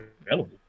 available